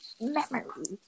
Memories